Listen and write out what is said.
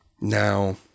Now